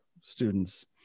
students